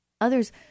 Others